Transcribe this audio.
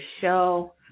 show